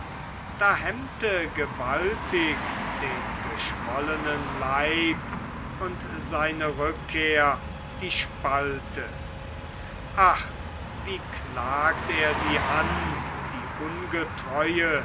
da hemmte gewaltig den geschwollenen leib und seine rückkehr die spalte ach wie klagt er sie an die ungetreue